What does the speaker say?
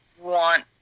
want